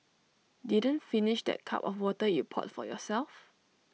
didn't finish that cup of water you poured for yourself